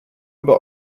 über